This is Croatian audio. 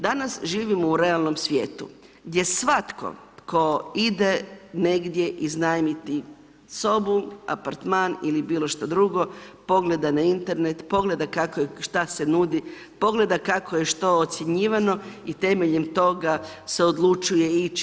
Danas živimo u realnom svijetu gdje svatko tko ide negdje iznajmiti sobu, apartman ili bilo što drugo pogleda na Internet, pogleda kako i šta se nudi, pogleda kako je što ocjenjivano i temeljem toga se odlučuje ići.